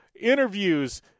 interviews